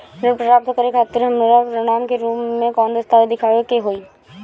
ऋण प्राप्त करे खातिर हमरा प्रमाण के रूप में कौन दस्तावेज़ दिखावे के होई?